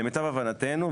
למיטב הבנתנו,